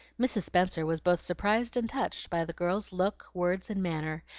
mrs. spenser was both surprised and touched by the girl's look, words, and manner,